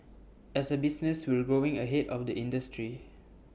as A business we've growing ahead of the industry